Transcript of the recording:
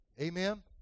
Amen